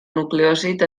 nucleòsid